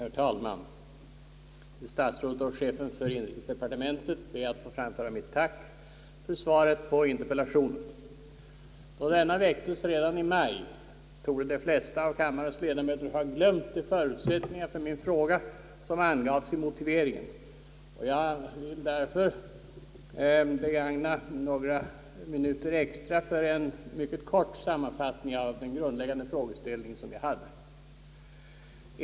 Herr talman! Till statsrådet och chefen för inrikesdepartementet ber jag få framföra mitt tack för svaret på interpellationen. Då den väcktes redan i maj torde de flesta av kammarens ledamöter ha glömt de förutsättningar för min fråga, som angavs i motiveringen, och jag vill därför begagna några minuter extra till en mycket kort sammanfattning av den grundläggande frågeställningen.